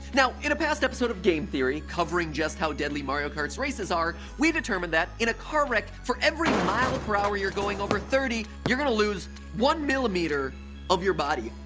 now, in a past episode of game theory covering just how deadly mario kart races are, we determined that in a car wreck for every mile per hour you're going over thirty you're gonna lose one millimeter of your body,